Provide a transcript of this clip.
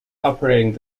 operating